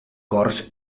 cors